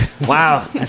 wow